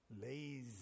lazy